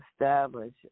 establish